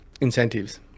incentives